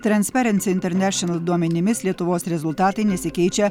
transparency international duomenimis lietuvos rezultatai nesikeičia